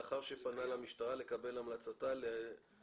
לאחר שפנה למשטרה לקבלת המלצתה לעניין